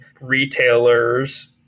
retailers